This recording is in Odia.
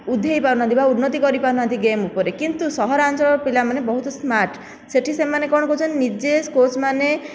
ଉଧେଇ ପାରୁନାହାନ୍ତି ବା ଉନ୍ନତି କରିପାରୁନାହାନ୍ତି ଗେମ୍ ଉପରେ କିନ୍ତୁ ସହରାଞ୍ଚଳ ପିଲାମାନେ ବହୁତ ସ୍ମାର୍ଟ ସେଠି ସେମାନେ କ'ଣ କରୁଛନ୍ତି ନିଜେ କୋଚ୍ ମାନେ